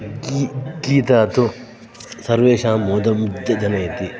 गी गीता तु सर्वेऽषां मोदमुग्धः जनयति